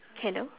hello